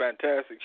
fantastic